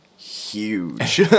huge